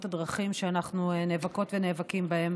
הדרכים שאנחנו נאבקות ונאבקים בהן.